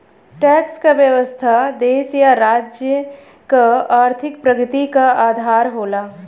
tax क व्यवस्था देश या राज्य क आर्थिक प्रगति क आधार होला